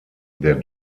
der